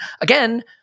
Again